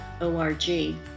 O-R-G